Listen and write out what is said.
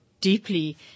deeply